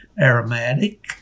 aromatic